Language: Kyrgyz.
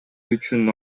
үчүн